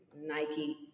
Nike